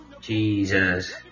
Jesus